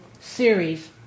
series